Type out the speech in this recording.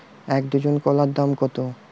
এক ডজন কলার দাম কত?